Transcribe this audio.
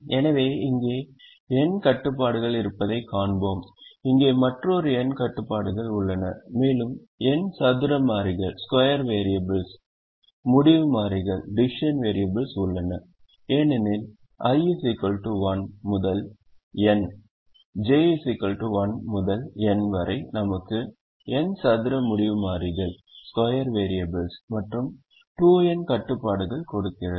எனவே இங்கே n கட்டுப்பாடுகள் இருப்பதைக் காண்போம் இங்கே மற்றொரு n கட்டுப்பாடுகள் உள்ளன மேலும் n சதுர மாறிகள் முடிவு மாறிகள் உள்ளன ஏனெனில் i 1 முதல் n j 1 முதல் n வரை நமக்கு n சதுர முடிவு மாறிகள் மற்றும் 2n கட்டுப்பாடுகள் கொடுக்கின்றன